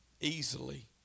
easily